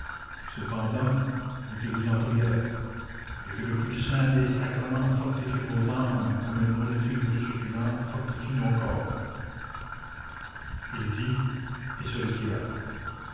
cependant mettez-vous en prière et que le plus saint des sacrements fortifie vos âmes comme une nourriture succulente fortifie nos corps il dit et se retira